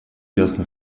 ясно